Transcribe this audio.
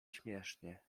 śmiesznie